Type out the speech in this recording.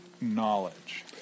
knowledge